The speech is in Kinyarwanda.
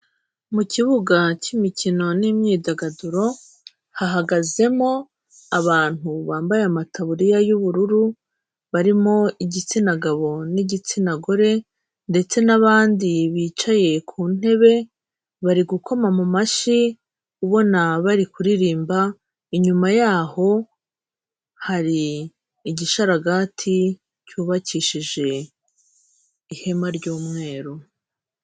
Mu kibuga cy'imikino n'imyidagaduro hahagazemo abantu bambaye amataburiya y'ubururu, barimo igitsina gabo n'igitsina gore ndetse n'abandi bicaye ku ntebe, bari gukoma mu mashyi ubona bari kuririmba, inyuma yaho hari igishararaga cyubakishije ihema ry'umweru.